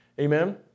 Amen